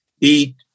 eat